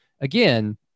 again